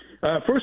First